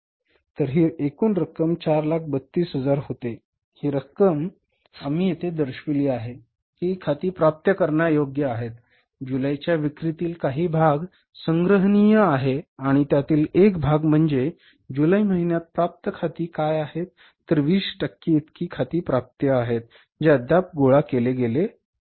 तर ही एकूण रक्कम 432000 होते ही रक्कम आम्ही येथे दर्शविली आहे ही खाती प्राप्य करण्यायोग्य आहेत जुलैच्या विक्रीतील काही भाग संग्रहणीय आहे आणि त्यातील एक भाग म्हणजे जुलै महिन्यात प्राप्य खाती काय आहेत तर २० टक्के इतकी खाती प्राप्य आहेत जे अद्याप गोळा केले नाहीत